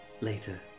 Later